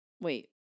Wait